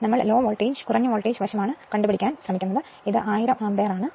എന്നാൽ കുറഞ്ഞ വോൾട്ടേജ് വശത്ത് കണ്ടെത്താൻ ഞങ്ങൾ ശ്രമിക്കുന്നു അതിനാൽ ഇത് 1000 ആമ്പിയർ ആണ്